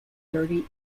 dirty